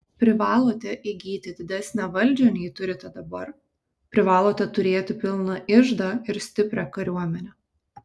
privalote įgyti didesnę valdžią nei turite dabar privalote turėti pilną iždą ir stiprią kariuomenę